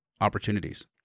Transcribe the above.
opportunities